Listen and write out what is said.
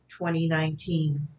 2019